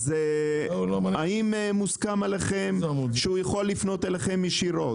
האם מוסכם עליכם שהוא יכול לפנות אליכם ישירות?